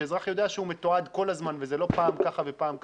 כשאזרח יודע שהוא מתועד כל הזמן וזה לא פעם ככה ופעם ככה,